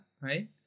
right